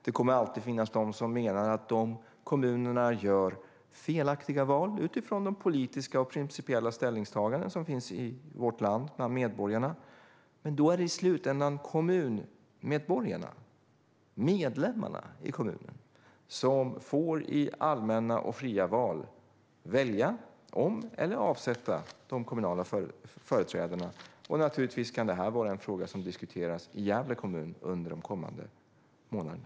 Det kommer alltid att finnas de som menar att de kommunerna gör felaktiga val utifrån de politiska och principiella ställningstaganden som finns i vårt land bland medborgarna. Det är i slutändan kommunmedborgarna, medlemmarna i kommunen, som i allmänna och fria val får välja om eller avsätta de kommunala företrädarna. Det kan naturligtvis vara en fråga som diskuteras i Gävle kommun under de kommande månaderna.